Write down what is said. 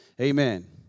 Amen